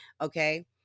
Okay